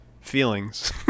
feelings